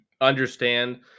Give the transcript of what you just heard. understand